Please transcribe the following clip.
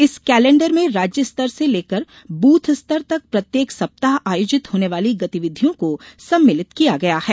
इस कैलेंडर में राज्य स्तर से लेकर बूथ स्तर तक प्रत्येक सप्ताह आयोजित होने वाली गतिविधियों को सम्मिलित किया गया है